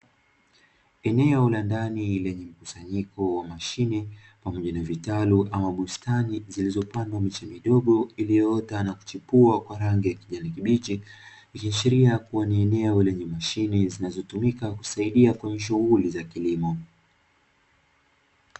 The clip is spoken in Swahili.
Eneo la ndani lenye mkusanyiko wa mashine pamoja na vitalu ama bustani zilizopandwa miche midogo iliyoota na kuchipua kwa rangi ya kijani kibichi, ikiashiria kuwa ni eneo lenye mashine zinazotumika kusaidia kwenye shughuli za kilimo.